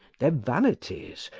their vanities,